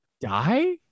die